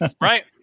Right